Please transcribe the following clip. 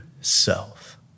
self